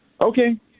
okay